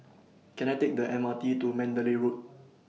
Can I Take The M R T to Mandalay Road